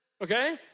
Okay